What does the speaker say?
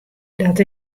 dat